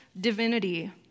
divinity